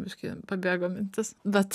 biškį pabėgo mintis bet